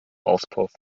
auspuff